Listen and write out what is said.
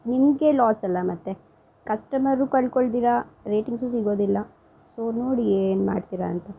ನಿಮಗೆ ಲಾಸ್ ಅಲ್ಲಾ ಮತ್ತು ಕಸ್ಟಮರು ಕಳ್ಕೊಳ್ತಿರಾ ರೇಟಿಂಗ್ಸೂ ಸಿಗೋದಿಲ್ಲ ಸೊ ನೋಡಿ ಏನು ಮಾಡ್ತಿರಾ ಅಂತ